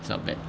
it's not bad